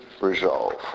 resolve